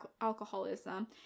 alcoholism